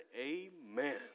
amen